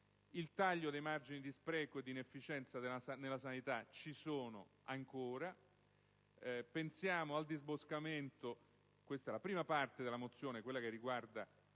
al taglio dei margini di spreco e di inefficienza nella sanità, che ci sono ancora; al disboscamento (questa è la prima parte della mozione, quella che riguarda